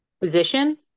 position